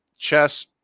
Chess